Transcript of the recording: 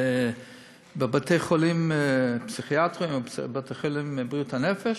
בבתי-חולים פסיכיאטריים ובבתי-חולים לבריאות הנפש,